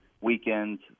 Weekends